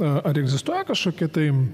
ar egzistuoja kažkokie tai